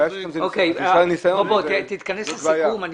תתכנס לסיכום.